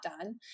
done